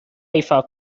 ایفا